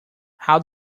how